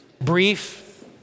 Brief